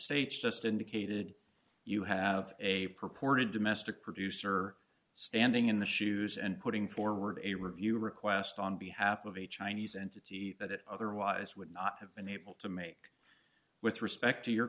states just indicated you have a purported domestic producer standing in the shoes and putting forward a review request on behalf of a chinese entity that it otherwise would not have been able to make with respect to your